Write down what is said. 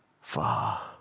far